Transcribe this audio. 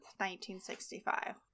1965